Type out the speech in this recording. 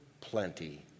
Plenty